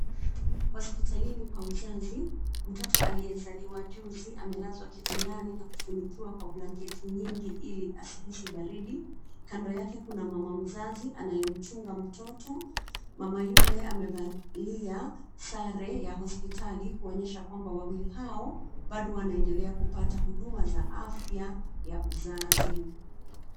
Hospitalini kwa mzazi , mtoto aliyezaliwa juzi amelazwa kitandani na kufunikiwa kwa blanketi nyingi ili asihisi baridi. Kando yake kuna mama mzazi anayemchunga mtoto. Mama yule amevalia sare ya hospitali kuonyesha kwamba wawili hao bado wanaendelea kupata huduma za afya ya uzazi.